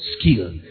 Skill